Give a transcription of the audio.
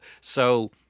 So-